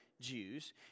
Jews